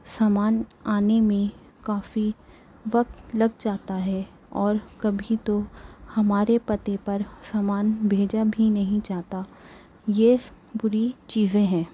سامان آنے میں کافی وقت لگ جاتا ہے اور کبھی تو ہمارے پتے پر سامان بھیجا بھی نہیں جاتا یہ بُری چیزیں ہیں